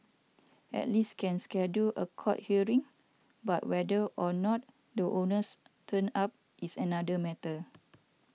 at least can schedule a court hearing but whether or not the owners turn up is another matter